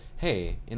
hey